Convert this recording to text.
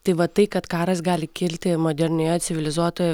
tai va tai kad karas gali kilti modernioje civilizuotoj